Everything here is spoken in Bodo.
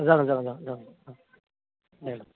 जागोन जागोन जागोन जागोन दे